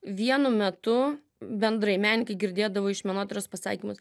vienu metu bendrai menininkai girdėdavo iš menotyros pasakymus